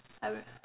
I'll